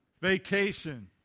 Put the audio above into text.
Vacation